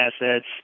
assets